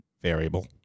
variable